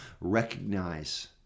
recognize